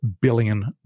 billion